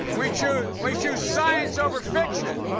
we choose we choose science over fiction.